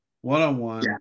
one-on-one